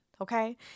Okay